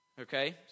Okay